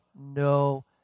no